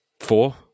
four